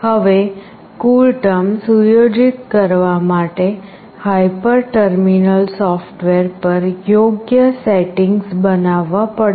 હવે CoolTerm સુયોજિત કરવા માટે હાયપર ટર્મિનલ સોફ્ટવેર પર યોગ્ય સેટિંગ્સ બનાવવા પડશે